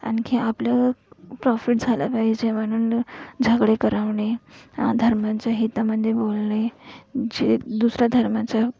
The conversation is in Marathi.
आणखी आपलं प्रॉफिट झालं पाहिजे म्हणून झगडे करवणे धर्माच्या हितामध्ये बोलणे जे दुसऱ्या धर्माच्या